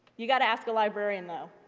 you got to ask a librarian though,